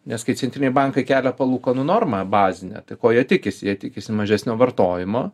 nes kai centriniai bankai kelia palūkanų normą bazinę tai ko jie tikisi jie tikisi mažesnio vartojimo